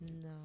No